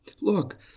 Look